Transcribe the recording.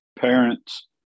parents